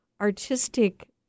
artistic